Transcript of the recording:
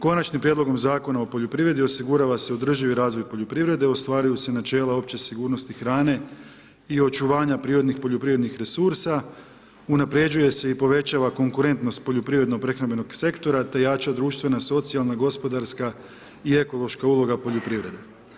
Konačnim prijedlogom Zakona o poljoprivredi osigurava se održivi razvoj poljoprivrede, ostvaruju se načela opće sigurnosti hrane i očuvanja prirodnih poljoprivrednih resursa, unapređuje se i povećava konkurentnost poljoprivredno prehrambenog sektora te jača društvena, socijalna, gospodarska i ekološka uloga poljoprivrede.